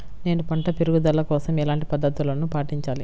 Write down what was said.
నేను పంట పెరుగుదల కోసం ఎలాంటి పద్దతులను పాటించాలి?